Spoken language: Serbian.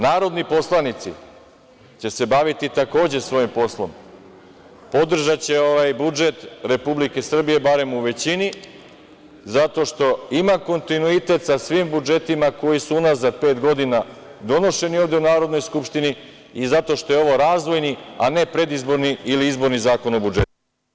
Narodni poslanici će se baviti takođe svojim poslom, podržaće ovaj budžet Republike Srbije, barem u većini, zato što ima kontinuitet sa svim budžetima koji su unazad pet godina donošeni ovde u Narodnoj skupštini i zato što je ovo razvojni, a ne predizborni ili izborni Zakon o budžetu.